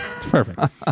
perfect